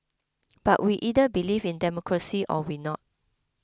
but we either believe in democracy or we not